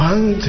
One